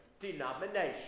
denomination